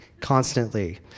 constantly